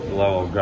level